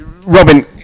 Robin